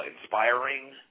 inspiring